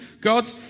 God